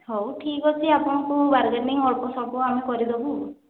ହଉ ଠିକ୍ ଅଛି ଆପଣଙ୍କୁ ବାରଗେନିଙ୍ଗ ଅଳ୍ପ ସବୁ ଆମେ କରିଦେବୁ